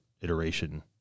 iteration